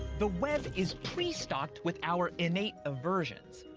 the web is pre-stocked with our innate aversions.